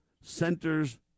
Centers